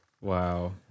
Wow